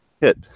hit